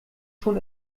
schon